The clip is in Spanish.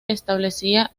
establecía